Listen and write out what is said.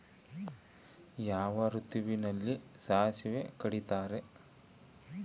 ಯಾವ ಋತುವಿನಲ್ಲಿ ಸಾಸಿವೆ ಕಡಿತಾರೆ?